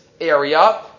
area